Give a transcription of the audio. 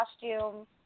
costume